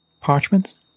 parchments